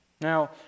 Now